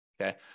okay